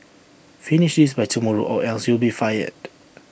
finish this by tomorrow or else you'll be fired